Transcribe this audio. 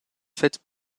fête